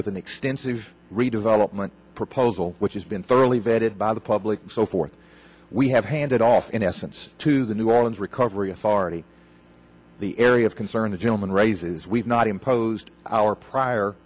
with an extensive redevelopment proposal which has been thoroughly vetted by the public so forth we have handed off in essence to the new orleans recovery authority the area of concern the gentleman raises we've not imposed our prior